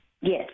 Yes